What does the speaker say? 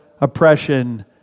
oppression